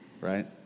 right